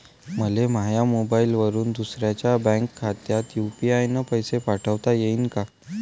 मले माह्या मोबाईलवरून दुसऱ्या बँक खात्यात यू.पी.आय न पैसे पाठोता येईन काय?